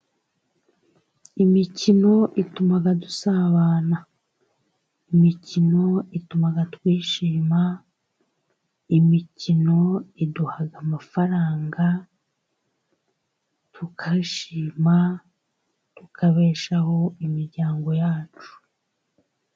Imikino ituma dusabana, imikino ituma twishima. Imikino iduha amafaranga tukishima tukabeshaho imiryango yacu.